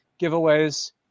giveaways